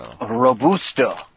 Robusto